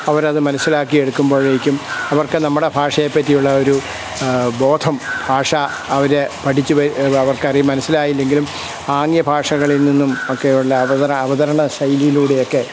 അവർ അത് മനസ്സിലാക്കി എടുക്കുമ്പോഴേക്കും അവർക്ക് നമ്മുടെ ഭാഷയെ പറ്റിയുള്ള ഒരു ബോധം ഭാഷ അവർ പഠിച്ചു അവർക്ക് അത് മനസ്സിലായില്ലെങ്കിലും ആംഗ്യ ഭാഷകളിൽ നിന്നും ഒക്കെയുള്ള അവതരണ അവതരണ ശൈലിയിലൂടെയൊക്കെ